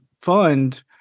fund